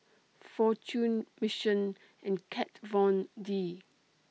Fortune Mission and Kat Von D